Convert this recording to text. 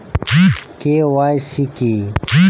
KYC কি?